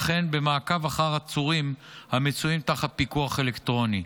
וכן במעקב אחר עצורים המצויים תחת פיקוח אלקטרוני.